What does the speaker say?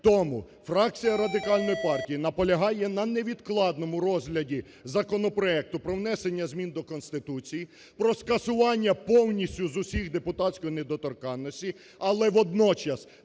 Тому фракція Радикальної партії наполягає на невідкладному розгляді законопроекту про внесення змін до Конституції про скасування повністю з усіх депутатської недоторканності, але водночас